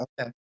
Okay